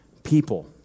people